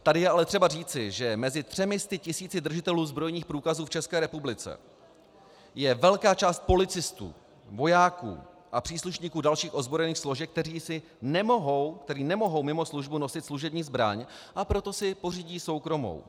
Tady je ale třeba říci, že mezi třemi sty tisíci držiteli zbrojních průkazů v České republice je velká část policistů, vojáků a příslušníků dalších ozbrojených složek, kteří nemohou mimo službu nosit služební zbraň, a proto si pořídí soukromou.